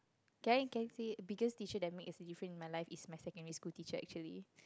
can I can I see it biggest teacher that made difference in my life is my secondary school teacher actually